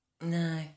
No